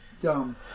dumb